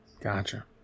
Gotcha